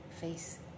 Face